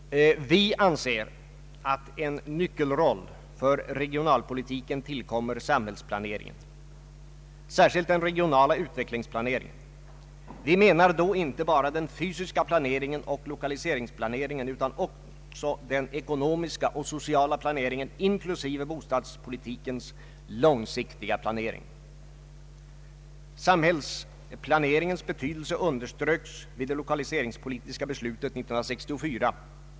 Vi anser att en nyckelroll för regionalpolitiken tillkommer samhällsplaneringen, särskilt den regionala utvecklingsplaneringen. Vi menar då inte bara den fysiska planeringen och lokaliseringsplaneringen utan också den ekonomiska och sociala planeringen inklusive bostadspolitikens långsiktiga planering. Samhällsplaneringens betydelse underströks vid det lokaliseringspolitiska beslutet 1964.